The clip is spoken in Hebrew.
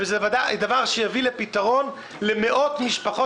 זה דבר שיביא לפתרון למאות משפחות